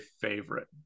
favorite